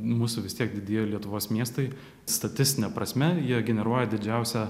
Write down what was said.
mūsų vis tiek didieji lietuvos miestai statistine prasme jie generuoja didžiausią